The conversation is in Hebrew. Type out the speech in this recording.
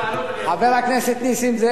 חבר הכנסת נסים זאב,